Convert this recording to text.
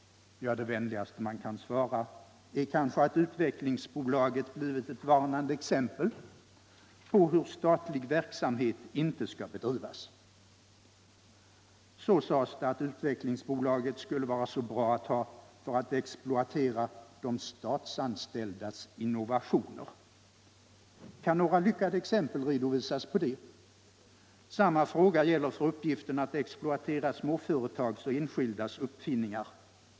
Ja, det vänligaste man kan svara är kanske att Svenska Utvecklingsaktiebolaget blivit ett varnande exempel på hur statlig verksamhet inte skall bedrivas. Det sades också att Svenska Utvecklingsaktiebolaget skulle vara bra att ha för att exploatera de statsanställdas innovationer. Kan några lyckade exempel redovisas på detta? Samma fråga gäller för uppgiften om att man skulle exploatera småföretags och enskildas uppfinningar.